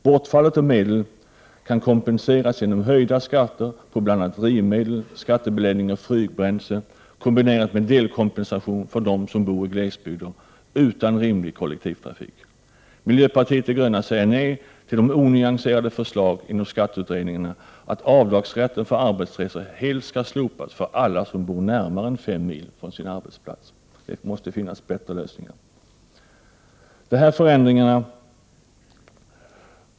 Bortfallet av medel kan kompenseras bl.a. genom höjda skatter på drivmedel och skattebeläggning av flygbränsle, kombinerat med delkompensation för dem som bor i glesbygder utan rimlig kollektivtrafik. Miljöpartiet de gröna säger nej till det onyanserade förslaget från skatteutredningarna att avdragsrätten för arbetsresor helt skall slopas för alla som bor mindre än fem mil från sin arbetsplats. Det måste finnas bättre lösningar.